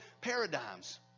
paradigms